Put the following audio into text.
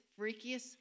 freakiest